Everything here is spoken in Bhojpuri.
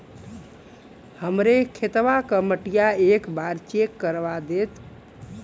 हमरे खेतवा क मटीया एक बार चेक करवा देत?